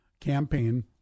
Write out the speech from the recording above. campaign